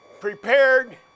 prepared